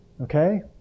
Okay